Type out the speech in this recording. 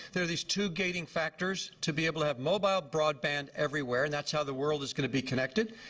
there are these two gating factors, to be able to have mobile broadband everywhere and that's how the world is going to be connected.